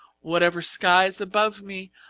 whatever sky's above me,